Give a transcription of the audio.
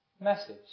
message